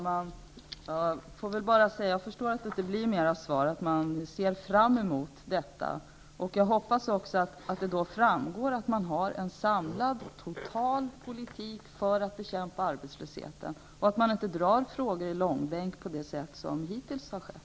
Herr talman! Jag förstår att det inte blir mer till svar än att man ser fram emot detta. Jag hoppas också att det då framgår att man har en samlad total politik för att bekämpa arbetslösheten, att man inte drar frågorna i långbänk på det sätt som hittills har skett.